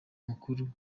mukuru